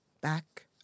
back